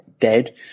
dead